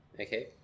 Okay